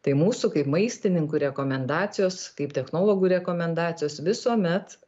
tai mūsų kaip maistininkų rekomendacijos kaip technologų rekomendacijos visuomet